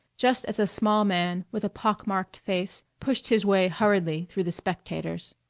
just as a small man with a pockmarked face pushed his way hurriedly through the spectators.